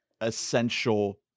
essential